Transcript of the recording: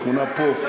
זו שכונה פה,